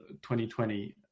2020